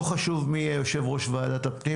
לא חשוב מי יהיה יושב-ראש ועדת הביקורת,